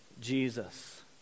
Jesus